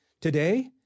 Today